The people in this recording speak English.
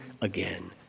again